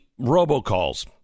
robocalls